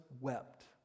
wept